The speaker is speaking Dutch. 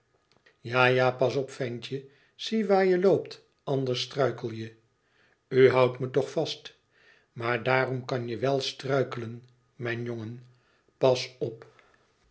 ja ja pas op ventje zie waar je loopt anders struikel je u houdt me toch vast maar daarom kan je wel struikelen mijn jongen pas op